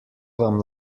vam